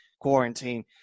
quarantine